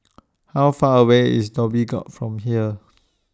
How Far away IS Dhoby Ghaut from here